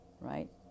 right